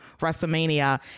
WrestleMania